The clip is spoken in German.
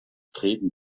treten